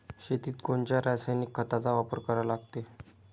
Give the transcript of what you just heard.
शेतीत कोनच्या रासायनिक खताचा वापर करा लागते?